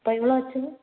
இப்போ எவ்வளோ ஆச்சுங்க